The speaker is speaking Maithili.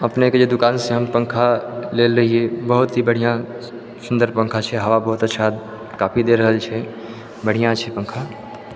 अपनेके जे दुकानसँ हम पङ्खा लेले रहियै बहुत ही बढ़िआँ सुन्दर पङ्खा छै हवा बहुत ही अच्छा काफी दए रहल छै बढ़िआँ छै पङ्खा